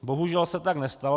Bohužel se tak nestalo.